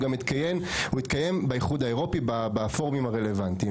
הוא גם מתקיים באיחוד האירופי בפורומים הרלוונטיים